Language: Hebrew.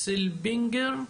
סילבינגר,